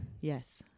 Yes